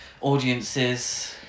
audiences